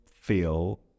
feel